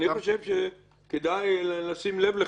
אני חושב שכדאי לשים לב לכך,